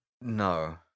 No